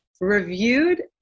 reviewed